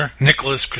Nicholas